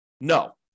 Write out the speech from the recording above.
No